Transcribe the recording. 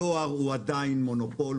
הדואר הוא עדיין מונופול,